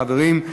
חברים,